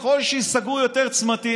ככל שייסגרו יותר צמתים,